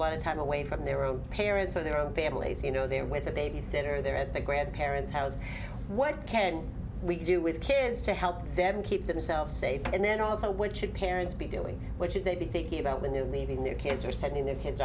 lot of time away from their own parents and their families you know them with a babysitter they're at the grandparents house what can we do with the kids to help them keep themselves safe and then also what should parents be doing which is they be thinking about when they're leaving their kids or sending their kids